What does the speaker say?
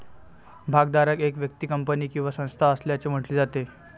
भागधारक एक व्यक्ती, कंपनी किंवा संस्था असल्याचे म्हटले जाते